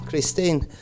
Christine